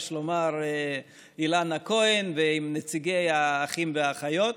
יש לומר, אילנה כהן, ועם נציגי האחים והאחיות.